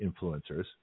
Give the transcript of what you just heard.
influencers